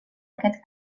aquest